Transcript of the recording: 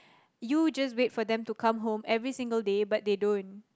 you just wait for them to come home every single day but they don't